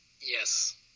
Yes